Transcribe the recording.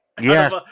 Yes